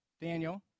Daniel